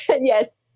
Yes